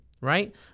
right